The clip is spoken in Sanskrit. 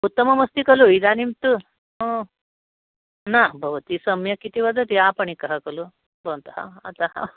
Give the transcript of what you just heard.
उत्तममस्ति खलु इदानीं तु न भवति सम्यक् इति वदति आपणिकः खलु भवन्तः अतः